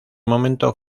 momento